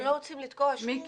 אנחנו לא רוצים לתקוע שום דיון.